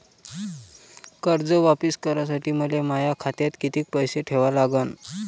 कर्ज वापिस करासाठी मले माया खात्यात कितीक पैसे ठेवा लागन?